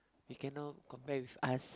you cannot compare with us